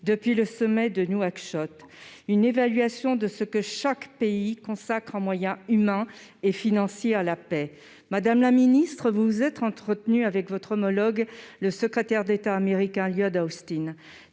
depuis celui de Nouakchott, de ce que chaque pays consacre, en moyens humains et financiers, à la paix. Madame la ministre, depuis votre entretien avec votre homologue le secrétaire d'État américain, Lloyd Austin,